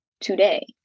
today